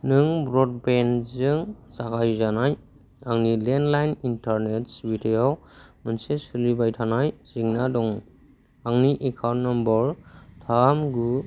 नों ब्रडबेण्डजों जागायजानाय आंनि लेण्डलाइन इन्टारनेट सुबिदायाव मोनसे सोलिबाय थानाय जेंना आंनि एकाउन्ट नम्बर थाम गु